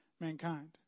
mankind